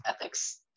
ethics